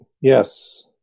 yes